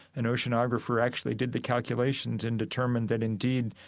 an oceanographer actually did the calculations and determined that, indeed,